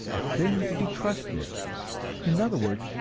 a thing to be trusted in other words,